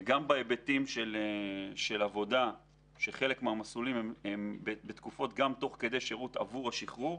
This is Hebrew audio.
גם בהיבטים של עבודה שחלק מהמסלולים הם גם תוך כדי השירות עבור השחרור